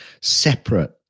separate